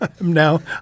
now